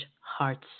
hearts